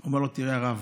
הוא אומר לו: תראה, הרב,